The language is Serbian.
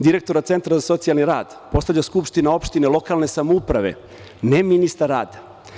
Direktora centra za socijalni rad postavlja skupština lokalne samouprave, ne ministar rada.